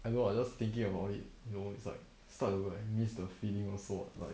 I know I'm just thinking about it you know it's like start to like miss the feeling also like